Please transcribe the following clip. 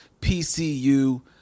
PCU